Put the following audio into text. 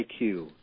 IQ